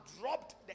dropped